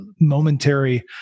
momentary